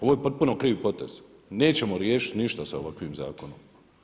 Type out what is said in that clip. Ovo je potpuno krivi potez, nećemo riješiti ništa sa ovakvim zakonom.